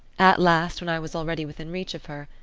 at last, when i was already within reach of her,